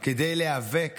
כדי להיאבק